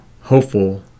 hopeful